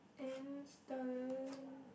and stare